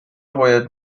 باید